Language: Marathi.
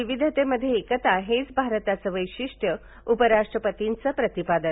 विविधतेमध्ये एकता हेच भारताचं वैशिष्ट्य उपराष्टपतींचं प्रतिपादन